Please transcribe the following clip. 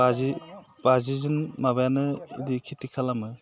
बाजि जौखोन्दो माबायानो खेथि खालामो